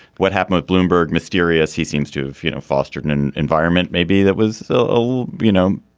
what happened at bloomberg? mysterious. he seems to have you know fostered an and environment. maybe that was, so oh, you know,